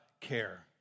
care